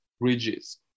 bridges